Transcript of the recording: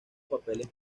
papeles